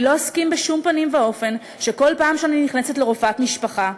אני לא אסכים בשום פנים ואופן שבכל פעם שאני נכנסת לרופאת משפחה,